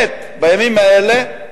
בימים האלה,